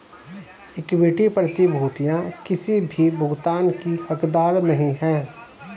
equity प्रतिभूतियां किसी भी भुगतान की हकदार नहीं हैं